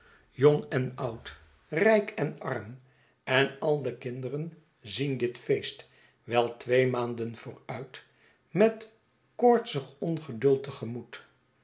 jong en oud rijk en arm en al de kinderen zien dit feest wel twee maanden vooruit met koortsig ongeduld